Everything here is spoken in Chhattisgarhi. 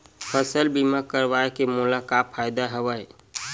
फसल बीमा करवाय के मोला का फ़ायदा हवय?